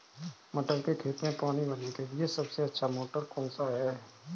मटर के खेत में पानी भरने के लिए सबसे अच्छा मोटर कौन सा है?